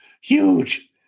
huge